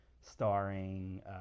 Starring